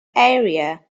area